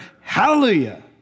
Hallelujah